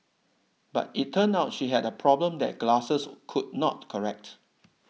but it turned out she had a problem that glasses could not correct